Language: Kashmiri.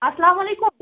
اَلسلامُ علیکُم